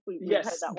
Yes